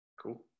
Cool